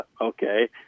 okay